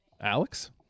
Alex